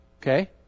Okay